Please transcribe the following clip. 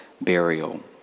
burial